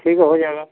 ठीक है हो जाएगा